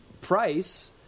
price